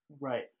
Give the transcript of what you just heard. right